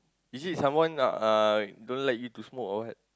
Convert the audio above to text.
is it someone uh don't like you to smoke or what